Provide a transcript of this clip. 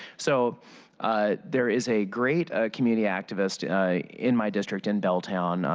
so there is a great ah community activist in my district, and belltown.